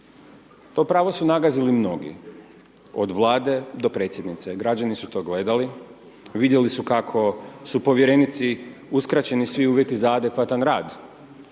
To pravo su nagazili mnogi od Vlade do predsjednice, građani su to gledali vidjeli su kako su povjerenici uskraćeni svi uvjeti za adekvatan rad,